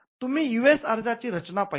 तुम्ही यूएस अर्जाची रचना पहिली